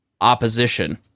opposition